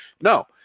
No